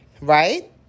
right